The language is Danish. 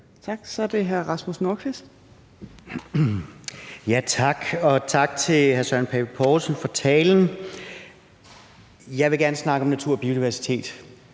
Kl. 16:41 Rasmus Nordqvist (SF): Ja tak. Og tak til hr. Søren Pape Poulsen for talen. Jeg vil gerne snakke om natur og biodiversitet.